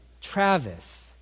Travis